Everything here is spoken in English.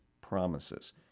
promises